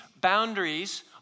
boundaries